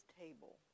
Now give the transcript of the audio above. table